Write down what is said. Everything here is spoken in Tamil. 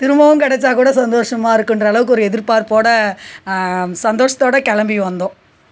திரும்பவும் கிடச்சா கூட சந்தோஷமா இருக்கின்ற அளவுக்கு ஒரு எதிர்பார்ப்போடு சந்தோஷத்தோடு கிளம்பி வந்தோம்